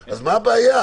אז מה הבעיה?